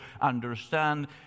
understand